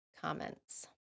comments